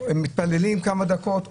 מתפללים כמה דקות,